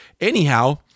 Anyhow